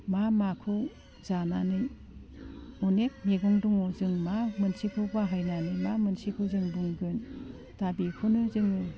मा माखौ जानानै अनेग मैगं दङ जों मा मोनसेखौ बाहायनानै मा मोनसेखौ जों बुंगोन दा बेखौनो जोङो